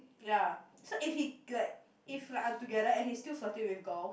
ya so if he like if we are together and he's still flirting with girls